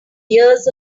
years